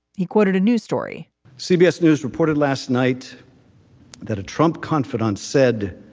he quoted a new story cbs news reported last night that a trump confidant said